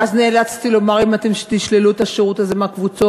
ואז נאלצתי לומר: אם אתם תשללו את השירות הזה מהקבוצות,